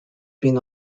been